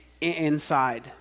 inside